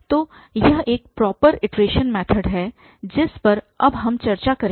तो यह एक प्रॉपर इटरेशन मैथड है जिस पर अब हम चर्चा करेंगे